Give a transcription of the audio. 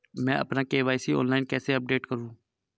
मैं अपना KYC online कैसे अपडेट करूँ?